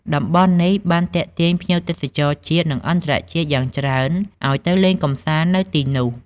តំបន់នេះបានទាក់ទាញភ្ញៀវទេសចរជាតិ និងអន្តរជាតិយ៉ាងច្រើនឱ្យទៅលេងកម្សាន្តនៅទីនោះ។